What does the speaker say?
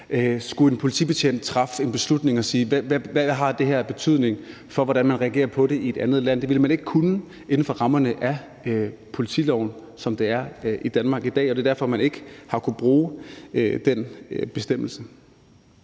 ville en politibetjent skulle træffe en beslutning om, hvad det har af betydning for, hvordan man reagerer på det i et andet land. Det ville man ikke kunne inden for rammerne af politiloven, som det er i Danmark i dag. Det er derfor, man ikke har kunnet bruge den bestemmelse